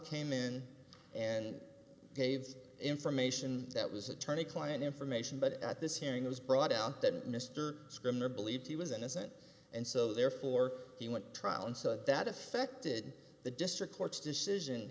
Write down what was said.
came in and gave information that was attorney client information but at this hearing it was brought out that mr skinner believed he was innocent and so therefore he went to trial and so that affected the district court's decision